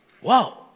Whoa